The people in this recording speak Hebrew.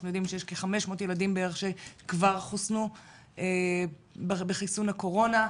אנחנו יודעים שיש כ-500 ילדים שכבר חוסנו בחיסון הקורונה.